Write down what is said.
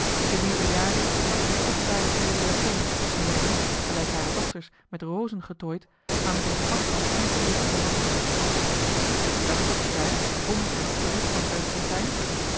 de meer bejaarde torsen kostbare zijden japonnen en zijn niet gelijk hare dochters met rozen getooid maar met een schat van fonkelende diamanten ziet ge dat groepje daar om en op de rustbank bij de fontein